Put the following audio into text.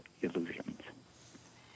illusions